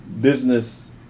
business